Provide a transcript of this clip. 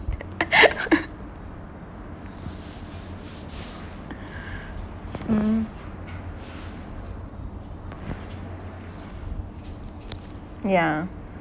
mm yeah